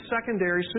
secondary